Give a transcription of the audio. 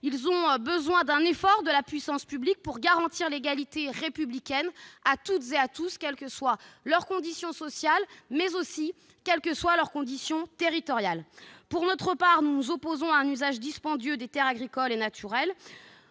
Ils ont besoin d'un effort de la puissance publique pour garantir l'égalité républicaine à toutes et à tous, quelles que soient leurs conditions sociales, mais aussi quelles que soient leurs conditions territoriales. Pour notre part, nous nous opposons à un usage dispendieux des terres agricoles et naturelles.